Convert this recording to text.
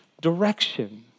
direction